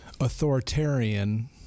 authoritarian